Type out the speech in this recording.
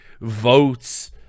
votes